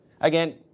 Again